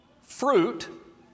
Fruit